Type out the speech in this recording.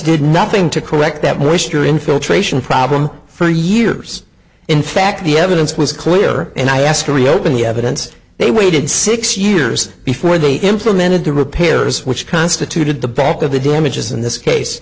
did nothing to correct that moisture infiltration problem for years in fact the evidence was clear and i asked to reopen the evidence they waited six years before they implemented the repairs which constituted the back of the damages in this case